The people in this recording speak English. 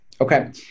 Okay